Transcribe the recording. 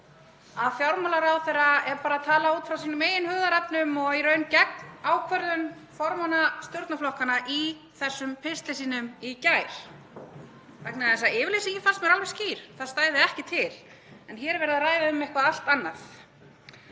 að fjármálaráðherra sé bara að tala út frá sínum eigin hugðarefnum og í raun gegn ákvörðun formanna stjórnarflokkanna í þessum pistli sínum í gær? Yfirlýsingin fannst mér alveg skýr, að það stæði ekki til, en hér er verið að ræða um eitthvað allt annað.